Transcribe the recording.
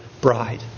bride